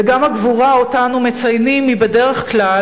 וגם הגבורה שאותה אנו מציינים היא בדרך כלל